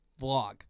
vlog